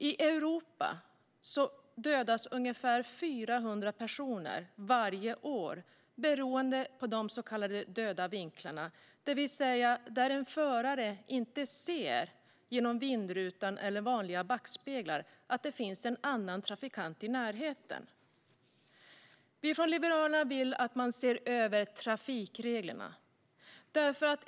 I Europa dödas ungefär 400 personer varje år beroende på så kallade döda vinklar, det vill säga när en förare inte ser genom vindrutan eller vanliga backspeglar att en annan trafikant finns i närheten. Liberalerna vill att man ser över trafikreglerna.